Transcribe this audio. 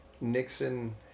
Nixon